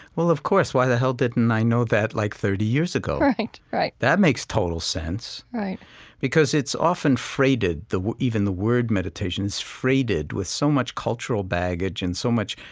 well, of course. why the here didn't i know that like thirty years ago? right. right that makes total sense. right because it's often freighted, even the word meditation is freighted with so much cultural baggage and so much,